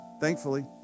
thankfully